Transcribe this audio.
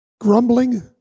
grumbling